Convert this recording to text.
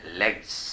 legs